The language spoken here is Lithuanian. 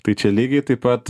tai čia lygiai taip pat